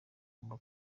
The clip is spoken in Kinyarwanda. agomba